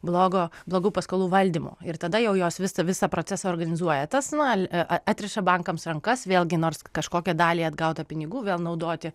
blogo blogų paskolų valdymu ir tada jau jos visą visą procesą organizuoja tas na atriša bankams rankas vėlgi nors kažkokią dalį atgautų pinigų vėl naudoti